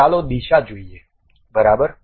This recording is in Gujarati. ચાલો દિશા જોઈએ બરાબર